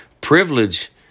Privilege